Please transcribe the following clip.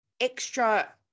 extra